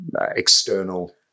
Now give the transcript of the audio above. external